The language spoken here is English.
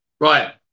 Right